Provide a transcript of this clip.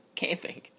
Camping